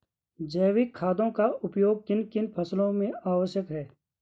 जैविक खादों का उपयोग किन किन फसलों में आवश्यक है?